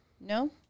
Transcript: No